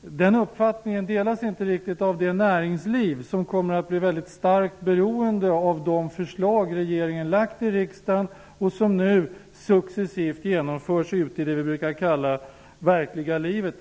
den uppfattningen inte riktigt delas av det näringsliv som kommer att bli väldigt starkt beroende av de förslag som regeringen lagt fram i riksdagen och som nu successivt genomförs ute i det som vi brukar kalla det verkliga livet.